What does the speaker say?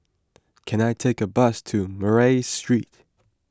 can I take a bus to Murray Street